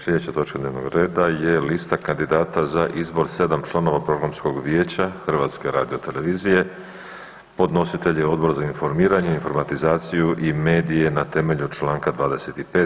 Slijedeća točka dnevnog reda je: Lista kandidata za izbor sedam članova Programskog vijeća HRT-a Podnositelj je Odbor za informiranje, informatizaciju i medije na temelju Članka 25.